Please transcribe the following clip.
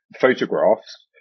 photographs